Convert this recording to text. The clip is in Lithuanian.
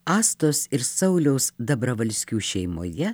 astos ir sauliaus dabravalskių šeimoje